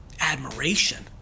admiration